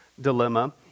dilemma